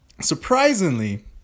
surprisingly